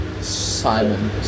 Simon